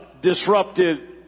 disrupted